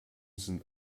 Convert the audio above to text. sind